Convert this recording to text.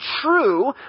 true